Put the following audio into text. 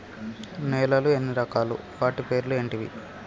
నేలలు ఎన్ని రకాలు? వాటి పేర్లు ఏంటివి?